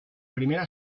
primera